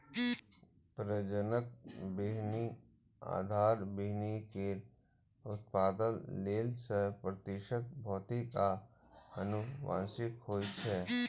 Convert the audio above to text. प्रजनक बीहनि आधार बीहनि केर उत्पादन लेल सय प्रतिशत भौतिक आ आनुवंशिक होइ छै